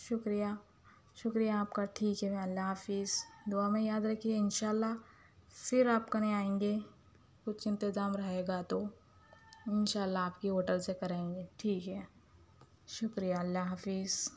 شُکریہ شُکریہ آپ کا ٹھیک ہے اللہ حافظ دُعا میں یاد رکھیے انشاء اللہ پھر آپ کے آئیں گے کچھ انتظام رہے گا تو انشاء اللہ آپ کے ہوٹل سے کریں گے ٹھیک ہے شُکریہ اللہ حافِظ